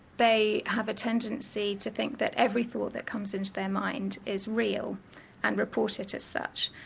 they have a tendency to think that every thought that comes into their mind is real and report it as such.